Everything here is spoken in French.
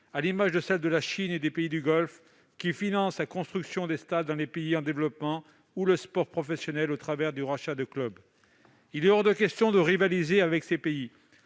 à l'image de celle de la Chine et des pays du Golfe, qui financent la construction de stades dans les pays en développement ou le sport professionnel au travers du rachat de clubs. S'il est hors de question de rivaliser avec ces pays,